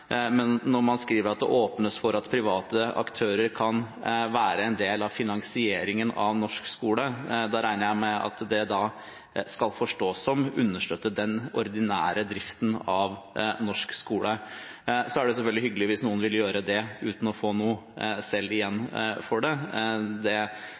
men når man skriver at det åpnes for at private aktører kan være en del av finansieringen av norsk skole, regner jeg med at det skal forstås som å understøtte den ordinære driften av skolen. Så er det selvfølgelig hyggelig hvis noen vil gjøre det uten å få noe igjen for det. Det kan sikkert ha skjedd oppigjennom. Men jeg tror at hvis det